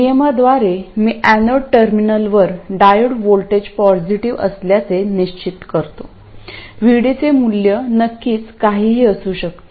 नियमाद्वारे मी एनोड टर्मिनलवर diode voltage positive असल्याचे निश्चित करतो VDचे मूल्य नक्कीच काहीही असू शकते